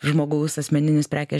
žmogaus asmeninis prekės